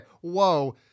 whoa